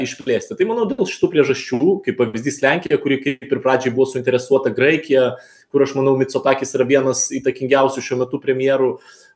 išplėsti tai manau už tų priežasčių kaip pavyzdys lenkija kuri kaip tik ir pradžioj buvo suinteresuota graikija kur aš manau micutakis yra vienas įtakingiausių šiuo metu premjerų